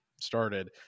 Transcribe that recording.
started